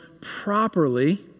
properly